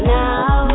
now